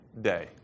Day